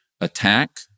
attack